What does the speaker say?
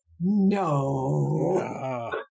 No